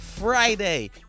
friday